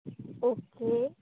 okay